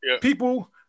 people